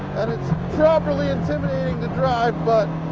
and it's properly intimidating to drive. but